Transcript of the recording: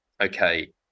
okay